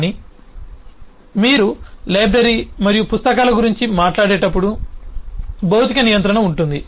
కానీ మీరు లైబ్రరీ మరియు పుస్తకాల గురించి మాట్లాడేటప్పుడు భౌతిక నియంత్రణ ఉంటుంది